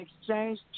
exchange